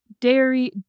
Dairy